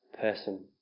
person